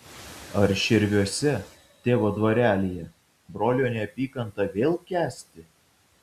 ar širviuose tėvo dvarelyje brolio neapykantą vėl kęsti